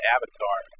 Avatar